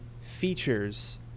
features